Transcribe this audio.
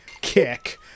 kick